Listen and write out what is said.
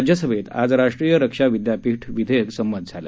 राज्यसभेत आज राष्ट्रीय रक्षा विद्यापीठ विधेयक संमत झालं